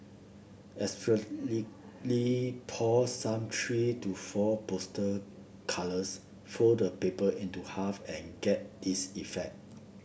essentially pour some three to four poster colours fold the paper into half and get this effect